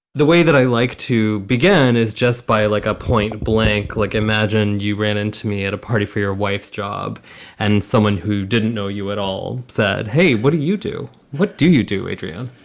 the way that i like to begin is just by like a point blank, like, imagine you ran into me at a party for your wife's job and someone who didn't know you at all said, hey, what do you do? what do you do, adrian?